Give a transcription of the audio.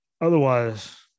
otherwise